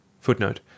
Footnote